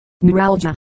Neuralgia